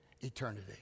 eternity